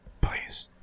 Please